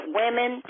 women